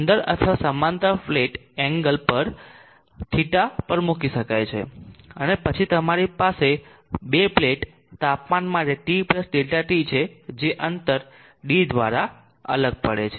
અંદર અથવા સમાંતર પ્લેટ એનગલ પર θ પર મૂકી શકાય છે અને પછી તમારી પાસે 2 પ્લેટ તાપમાન માટે T ΔT છે જે અંતર d દ્વારા અલગ પડે છે